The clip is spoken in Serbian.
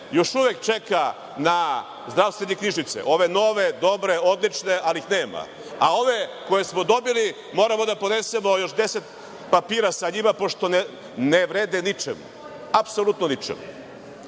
još uvek čeka na zdravstvene knjižice, ove nove, dobre, odlične, ali ih nema. Ove koje smo dobili moramo da ponesemo još deset papira sa njima pošto ne vrede ničemu. Šta je